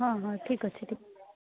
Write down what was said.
ହଁ ହଁ ଠିକ୍ ଅଛି ଠିକ୍ ଅଛି